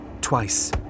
twice